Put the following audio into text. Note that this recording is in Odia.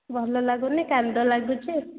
ଭଲ ଲାଗୁନି କାନ୍ଦ ଲାଗୁଛି ଆଉ